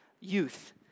youth